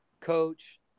coach